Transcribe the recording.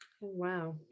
Wow